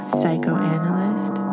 psychoanalyst